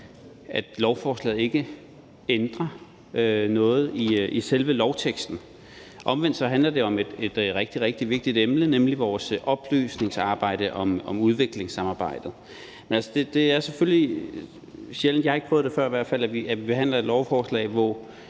at lovforslaget ikke ændrer noget i selve lovteksten. Omvendt handler det om et rigtig, rigtig vigtigt emne, nemlig vores oplysningsarbejde i forhold til udviklingssamarbejdet. Men det er selvfølgelig sjældent – jeg har i hvert fald ikke prøvet det før – at vi behandler et lovforslag,